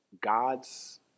God's